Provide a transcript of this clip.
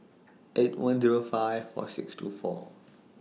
eight one Zero five four six two four